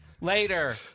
later